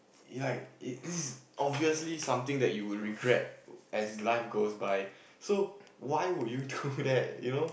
like it this is obviously something that you will regret as life goes by so why would you do that you know